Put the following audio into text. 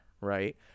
right